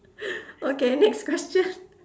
okay next question